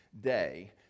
day